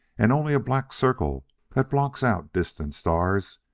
and only a black circle that blocks out distant stars,